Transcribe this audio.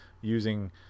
using